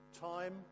time